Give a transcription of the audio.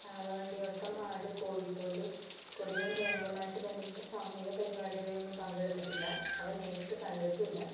കാളവണ്ടി ഓട്ടം ആട് കോഴിപോര് തുടങ്ങിയ മൃഗങ്ങളുമായിട്ട് ബന്ധപ്പെട്ട് സാമൂഹിക പരിപാടികളിൽ ഒന്നും പങ്കെടുത്തിട്ടില്ല അവ നേരിട്ട് കണ്ടിട്ടുമില്ല